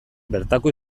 bertako